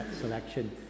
selection